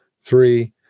Three